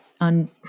on